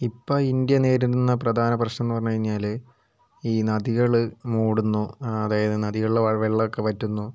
ഇപ്പോൾ ഇന്ത്യ നേരിടുന്ന പ്രധാന പ്രശ്നം എന്ന് പറഞ്ഞുകഴിഞ്ഞാൽ ഈ നദികൾ മൂടുന്നു അതായത് നദികളിലെ വെള്ളമൊക്കെ വറ്റുന്നു